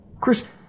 Chris